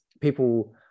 people